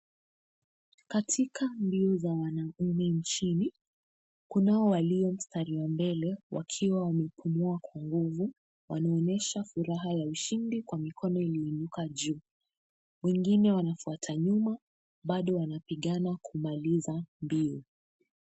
Katika mbio za wanaume nchini, kunao walio mstari wa mbele wakiwa wamepumua kwa nguvu, wanaonyesha furaha ya ushindi kwa mikono iliyoinuka juu. Wengine wanafuata nyuma bado wanapigana kumaliza mbio.